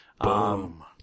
Boom